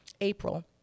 April